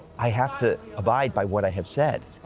i have to abide by what i have said.